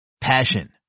Passion